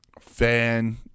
fan